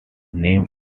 named